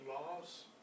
laws